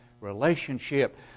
relationship